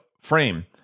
frame